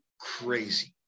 crazy